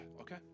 okay